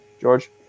George